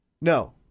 No